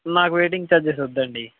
నాకు waiting charges వద్దండి